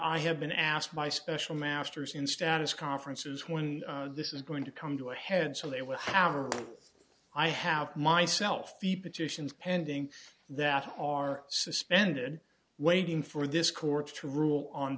i have been asked by special masters in status conferences when this is going to come to a head so they will however i have myself the petitions pending that are suspended waiting for this court to rule on